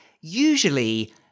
usually